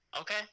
Okay